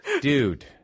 dude